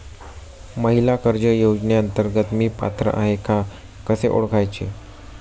महिला कर्ज योजनेअंतर्गत मी पात्र आहे का कसे ओळखायचे?